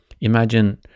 imagine